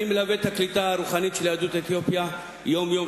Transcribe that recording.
אני מלווה את הקליטה הרוחנית של יהדות אתיופיה יום-יום,